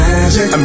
Magic